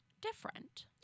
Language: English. different